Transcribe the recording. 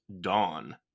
Dawn